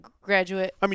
graduate